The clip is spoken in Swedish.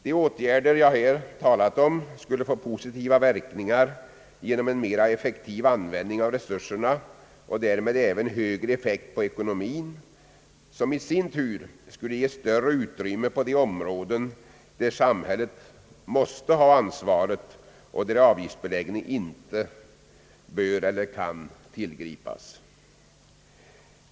De åtgärder som jag här har talat om skulle få positiva verkningar genom en mera effektiv användning av resurserna och därmed även högre effekt på ekonomin, som i sin tur skulle ge större utrymme på de områden där samhället måste ha ansvaret och där avgiftsbeläggning inte bör tillgripas.